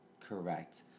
correct